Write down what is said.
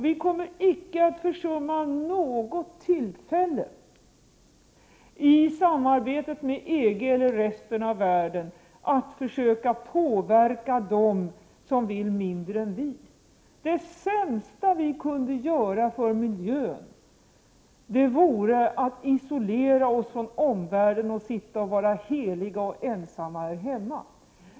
Vi kommer inte att försumma något tillfälle i samarbetet med EG och resten av världen att försöka påverka dem som vill mindre än vi. Det sämsta vi kunde göra för miljön vore att isolera oss från omvärlden och sitta heliga och ensamma här hemma.